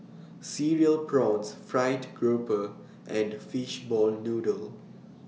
Cereal Prawns Fried Grouper and Fishball Noodle